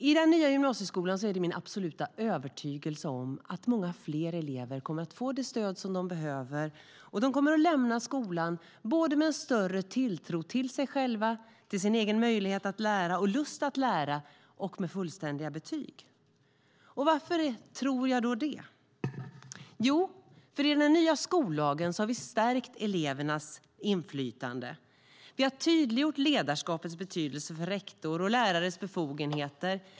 I den nya gymnasieskolan är det min absoluta övertygelse att många fler elever kommer att få det stöd de behöver, och de kommer att lämna skolan med såväl en större tilltro till sig själva, sina möjligheter och sin lust att lära som fullständiga betyg. Varför tror jag då det? Jo, i den nya skollagen har vi nämligen stärkt elevernas inflytande. Vi har tydliggjort ledarskapets betydelse för rektorer, och vi har stärkt lärares befogenheter.